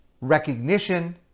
recognition